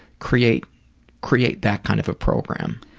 create create that kind of a program.